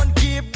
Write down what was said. di